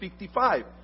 55